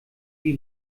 die